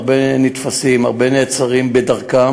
הרבה נתפסים, הרבה נעצרים בדרכם,